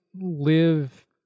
live